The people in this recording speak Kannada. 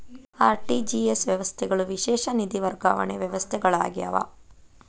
ಆರ್.ಟಿ.ಜಿ.ಎಸ್ ವ್ಯವಸ್ಥೆಗಳು ವಿಶೇಷ ನಿಧಿ ವರ್ಗಾವಣೆ ವ್ಯವಸ್ಥೆಗಳಾಗ್ಯಾವ